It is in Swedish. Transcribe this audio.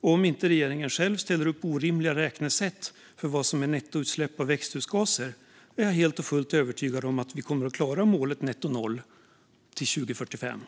och om inte regeringen själv ställer upp orimliga räknesätt för vad som är nettoutsläpp av växthusgaser är jag helt och fullt övertygad om att vi kommer att klara målet nettonoll till 2045.